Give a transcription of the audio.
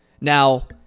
Now